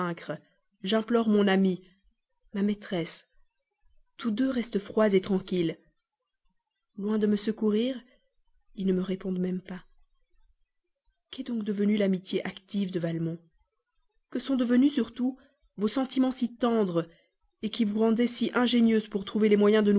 j'implore mon ami ma maîtresse tous deux restent froids tranquilles loin de me secourir ils ne me répondent même pas qu'est donc devenue l'amitié active de valmont que sont devenus surtout vos sentiments si tendres qui vous rendaient si ingénieuse pour trouver les moyens de